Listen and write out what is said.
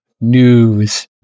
news